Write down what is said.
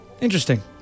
Interesting